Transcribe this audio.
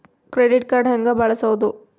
Credit card ಹೆಂಗ ಬಳಸೋದು?